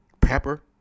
Pepper